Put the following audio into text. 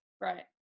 Right